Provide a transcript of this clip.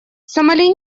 сомали